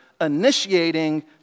initiating